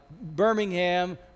Birmingham